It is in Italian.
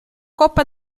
coppa